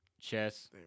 Chess